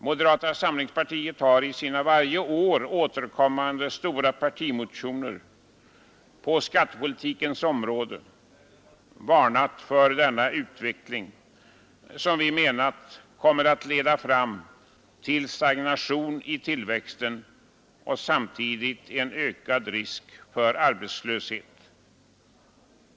Moderata samlingspartiet har i sina varje år återkommande stora partimotioner på skattepolitikens område varnat för denna utveckling, som vi menat kommer att leda fram till stagnation i tillväxten och samtidigt en ökad risk för arbetslöshet.